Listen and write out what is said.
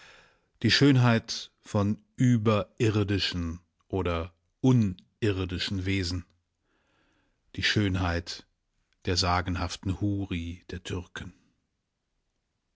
die schönheit von überirdischen oder unirdischen wesen die schönheit der sagenhaften huri der türken